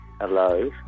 Hello